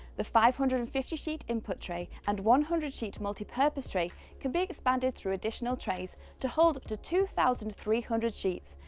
the five hundred and fifty sheet input tray and one hundred sheet multipurpose tray can be expanded through additional trays to hold up to two thousand three hundred sheets,